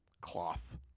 cloth